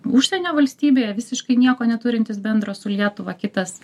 užsienio valstybėje visiškai nieko neturintis bendro su lietuva kitas